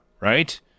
right